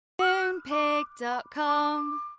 Moonpig.com